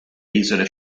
isole